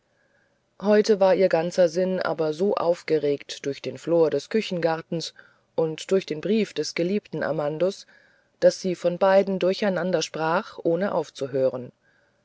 heute war ihr ganzer sinn aber so aufgeregt durch den flor des küchengartens und durch den brief des geliebten amandus daß sie von beiden durcheinander sprach ohne aufhören